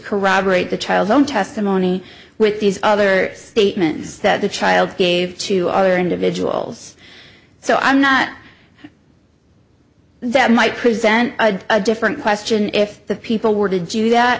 corroborate the child's own testimony with these other statements that the child gave to other individuals so i'm not that might present a different question if the people were to do that